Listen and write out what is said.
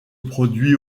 produit